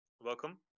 welcome